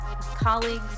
colleagues